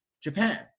Japan